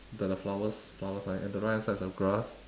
the the flowers flower sign and the right hand side is a grass